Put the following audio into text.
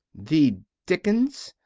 the dickens,